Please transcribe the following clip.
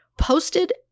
posted